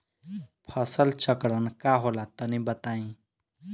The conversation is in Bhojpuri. फसल चक्रण का होला तनि बताई?